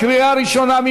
קריאה ראשונה.